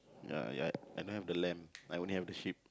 uh ya I don't have the lamb I only have the sheep